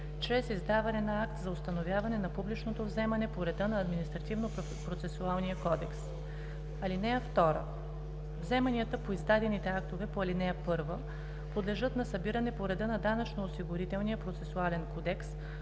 чрез издаване на акт за установяване на публичното вземане по реда на Административнопроцесуалния кодекс. (2) Вземанията по издадените актове по ал. 1 подлежат на събиране по реда на Данъчно-осигурителния процесуален кодекс